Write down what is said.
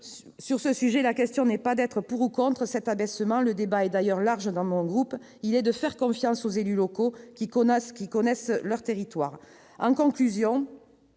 Sur ce sujet, la question n'est pas d'être pour ou contre cet abaissement- le débat est d'ailleurs large dans mon groupe. Il s'agit de faire confiance aux élus locaux, qui connaissent leurs territoires.